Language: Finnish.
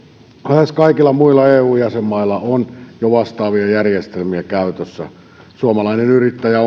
lähes kaikilla muilla eu jäsenmailla on jo vastaavia järjestelmiä käytössä suomalainen yrittäjä